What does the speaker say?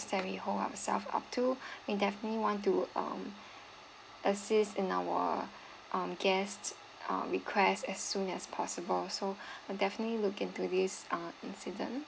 that we hold ourselves up to we definitely want to um assist in our um guests uh requests as soon as possible so I'll definitely look into this uh incident